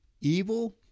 Evil